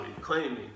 claiming